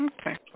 Okay